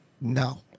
No